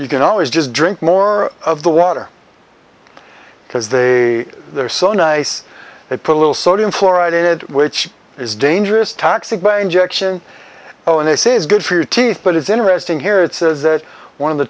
you can always just drink more of the water because they are so nice they put a little sodium fluoride in it which is dangerous toxic by injection oh and they say it's good for your teeth but it's interesting here it says that one of the